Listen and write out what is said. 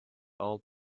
old